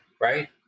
right